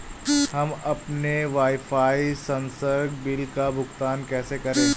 हम अपने वाईफाई संसर्ग बिल का भुगतान कैसे करें?